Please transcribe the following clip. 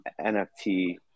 NFT